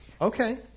Okay